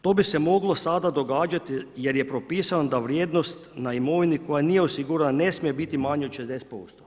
To bi se moglo sada događati jer je propisano da vrijednost na imovini koja nije osigurana ne smije biti manja od 60%